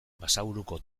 basaburuko